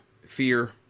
fear